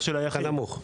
את הנמוך.